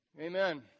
Amen